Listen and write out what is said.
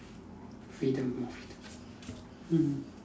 freedom more freedom mm